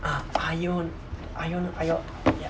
ah io~ ion~ io~